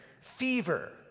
fever